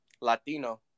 Latino